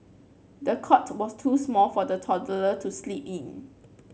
the cot was too small for the toddler to sleep in